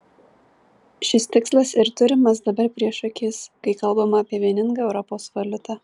šis tikslas ir turimas dabar prieš akis kai kalbama apie vieningą europos valiutą